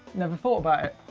never thought about it.